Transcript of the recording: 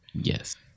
Yes